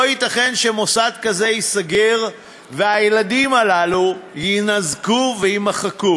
לא ייתכן שמוסד כזה ייסגר והילדים הללו יינזקו ויימחקו.